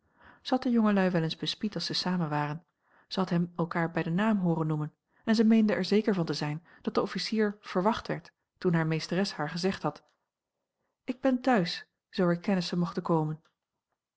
de jongelui wel eens bespied als zij samen waren zij a l g bosboom-toussaint langs een omweg had hen elkaar bij den naam hooren noemen en zij meende er zeker van te zijn dat de officier verwacht werd toen hare meesteres haar gezegd had ik ben thuis zoo er kennissen mochten komen